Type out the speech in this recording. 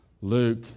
Luke